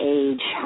age